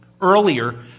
earlier